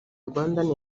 rwandan